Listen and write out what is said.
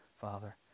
Father